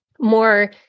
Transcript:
more